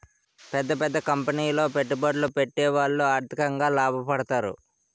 పెద్ద పెద్ద కంపెనీలో పెట్టుబడులు పెట్టేవాళ్లు ఆర్థికంగా లాభపడతారు